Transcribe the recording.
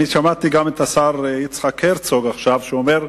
אני שמעתי גם את השר יצחק הרצוג עכשיו אומר: